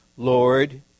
Lord